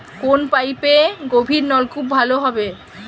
কোন পাইপে গভিরনলকুপ ভালো হবে?